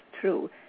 true